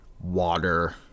water